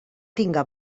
tinga